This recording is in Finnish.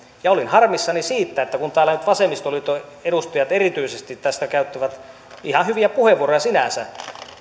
ja olin harmissani siitä kun täällä nyt erityisesti vasemmistoliiton edustajat tästä käyttävät ihan hyviä puheenvuoroja sinänsä